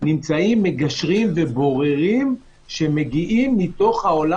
נמצאים מגשרים ובוררים שמגיעים מתוך העולם